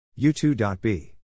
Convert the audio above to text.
U2.B